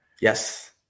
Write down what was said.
Yes